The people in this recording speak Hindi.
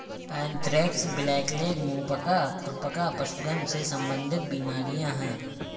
एंथ्रेक्स, ब्लैकलेग, मुंह पका, खुर पका पशुधन से संबंधित बीमारियां हैं